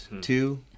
Two